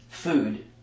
food